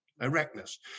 erectness